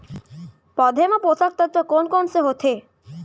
पौधे मा पोसक तत्व कोन कोन से होथे?